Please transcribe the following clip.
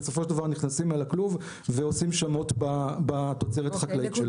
בסופו של דבר נכנסים אל הכלוב ועושים שמות בתוצרת החקלאית.